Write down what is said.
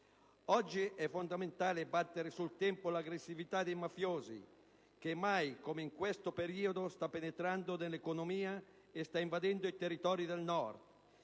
Oggi è fondamentale battere sul tempo l'aggressività dei mafiosi che mai come in questo periodo sta penetrando nell'economia e sta invadendo i territori del Nord.